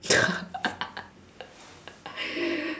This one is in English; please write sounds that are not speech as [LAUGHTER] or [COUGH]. [LAUGHS]